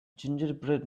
gingerbread